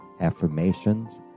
affirmations